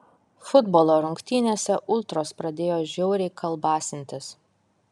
futbolo rungtynėse ultros pradėjo žiauriai kalbasintis